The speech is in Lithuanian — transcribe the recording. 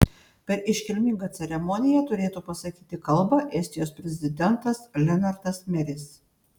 per iškilmingą ceremoniją turėtų pasakyti kalbą estijos prezidentas lenartas meris